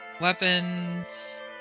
weapons